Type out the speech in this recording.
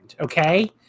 okay